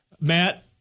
Matt